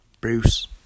Bruce